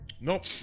Nope